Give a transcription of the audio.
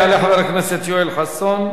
יעלה חבר הכנסת יואל חסון,